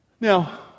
Now